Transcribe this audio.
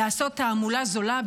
לעשות תעמולה זולה,